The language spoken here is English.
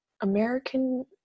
American